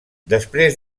després